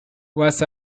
was